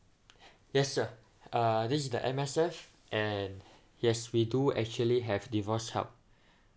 yes sir uh this is the M_S_F and yes we do actually have divorce help